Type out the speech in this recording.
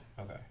Okay